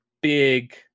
big